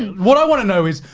what i want to know is,